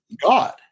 God